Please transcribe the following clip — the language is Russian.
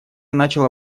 начала